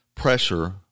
pressure